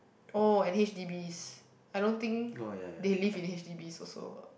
oh and h_d_bs I don't think they live in h_d_bs also